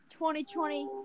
2020